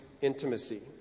intimacy